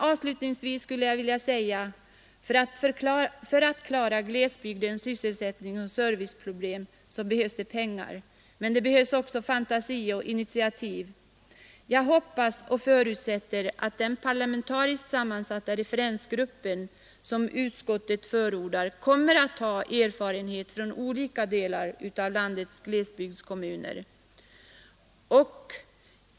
Avslutningsvis skulle jag vilja säga att för att klara glesbygdens sysselsättningsoch serviceproblem behövs det pengar, men det behövs också fantasi och initiativ. Jag hoppas och förutsätter att den parlamentariskt sammansatta referensgrupp som utskottet förordar kommer att ha erfarenhet från glesbygdskommuner i olika delar av landet.